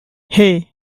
hey